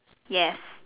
yes